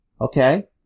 Okay